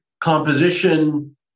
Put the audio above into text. composition